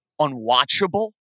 unwatchable